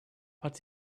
but